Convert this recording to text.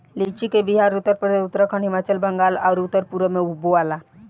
लीची के बिहार, उत्तरप्रदेश, उत्तराखंड, हिमाचल, बंगाल आउर उत्तर पूरब में बोआला